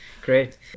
Great